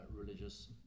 religious